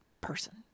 person